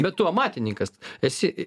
bet tu amatininkas esi